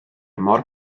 mor